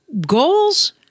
goals